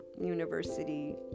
university